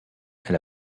elle